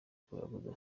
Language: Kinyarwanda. kuraguza